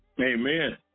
Amen